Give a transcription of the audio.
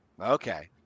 Okay